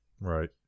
Right